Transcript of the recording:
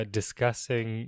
discussing